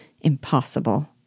impossible